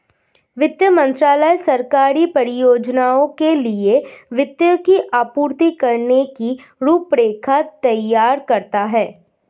वित्त मंत्रालय सरकारी परियोजनाओं के लिए वित्त की आपूर्ति करने की रूपरेखा तैयार करता है